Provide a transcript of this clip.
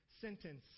sentence